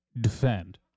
defend